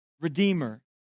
redeemer